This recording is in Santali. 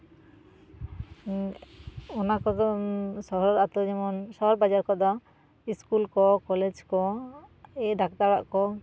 ᱚᱱᱟ ᱠᱚᱫᱚ ᱥᱚᱦᱚᱨ ᱟᱛᱳ ᱡᱮᱢᱚᱱ ᱥᱚᱦᱚᱨ ᱵᱟᱡᱟᱨ ᱠᱚᱫᱚ ᱤᱥᱠᱩᱞ ᱠᱚ ᱠᱚᱞᱮᱡᱽ ᱠᱚ ᱰᱟᱠᱛᱟᱨ ᱚᱲᱟᱜ ᱠᱚ